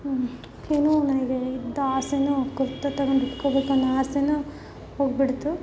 ಏನೋ ನನಗೆ ಇದ್ದ ಆಸೆನೂ ಕುರ್ತಾ ತಗೊಂಡು ಉಟ್ಕೊಬೇಕನ್ನೋ ಆಸೆನೂ ಹೋಗಿಬಿಡ್ತು